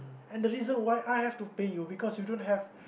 and the reason why I have to pay you because you don't have